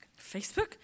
Facebook